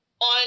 on